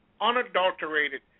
unadulterated